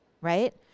right